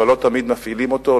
אבל לא תמיד מפעילים אותו,